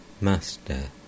Master